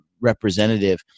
representative